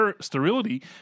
sterility